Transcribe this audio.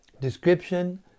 Description